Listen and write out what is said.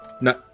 no